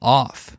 off